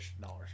dollars